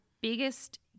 biggest